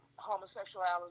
homosexuality